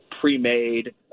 pre-made